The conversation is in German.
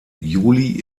juli